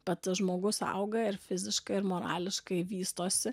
bet žmogus auga ir fiziškai ir morališkai vystosi